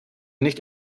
nicht